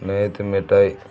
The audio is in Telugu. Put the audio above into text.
నేతి మిఠాయి